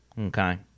Okay